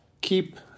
Keep